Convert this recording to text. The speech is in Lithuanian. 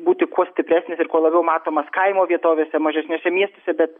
būti kuo stipresnis ir kuo labiau matomas kaimo vietovėse mažesniuose miestuose bet